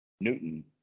Newton